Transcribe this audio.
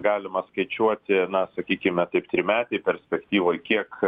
galima skaičiuoti na sakykime taip trimetėj perspektyvoj kiek